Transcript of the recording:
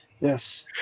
yes